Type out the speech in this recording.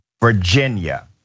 Virginia